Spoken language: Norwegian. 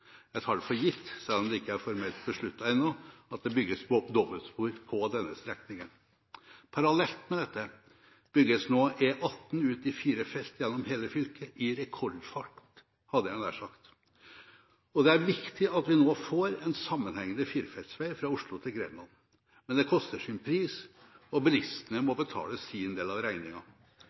Jeg tar det for gitt, selv om det ikke er formelt besluttet ennå, at det bygges dobbeltspor på denne strekningen. Parallelt med dette bygges nå E18 ut i fire felt gjennom hele fylket – i rekordfart, hadde jeg nær sagt – og det er viktig at vi nå får en sammenhengende firefeltsvei fra Oslo til Grenland. Men det har en pris, og bilistene må betale sin del av